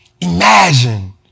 Imagine